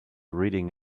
reading